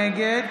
נגד